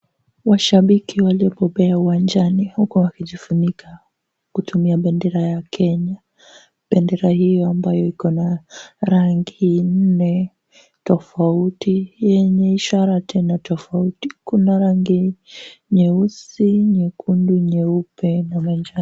Washabiki waliobobea uwanjani huku wakijifunika kutumia bendera ya Kenya. Bendera hiyo ambayo iko na rangi nne tofauti yenye ishara tena tofauti. Kuna rangi nyeusi, nyekundu, nyeupe na manjano.